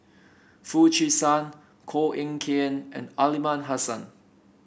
Foo Chee San Koh Eng Kian and Aliman Hassan